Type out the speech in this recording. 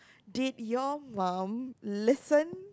did your mum listen